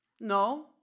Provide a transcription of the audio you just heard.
No